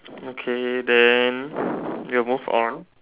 okay then we'll move on